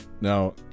Now